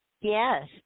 yes